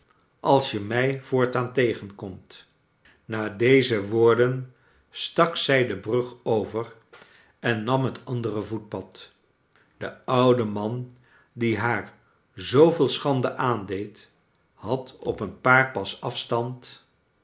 als je mij voortaan tegenkomt i na deze woorden stak zij de brug over en nam het andere voetpad de oude man die haar zoo veel schande aandeed had op een paar pas afstand